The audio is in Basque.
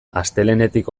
astelehenetik